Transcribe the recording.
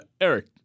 Eric